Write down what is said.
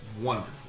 wonderful